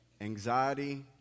anxiety